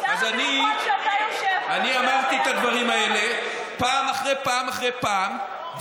אני אמרתי את הדברים האלה פעם אחרי פעם אחרי פעם,